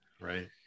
right